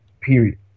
period